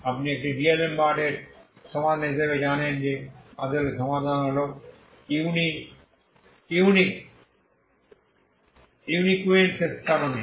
আপনি একটি ডিআলেমবার্টের DAlembert এর সমাধান হিসাবে জানেন যে আসলে যে সমাধান হল ইউনিকনেসের কারণে